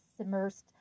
submersed